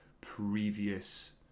previous